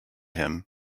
him